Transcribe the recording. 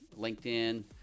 LinkedIn